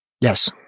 Yes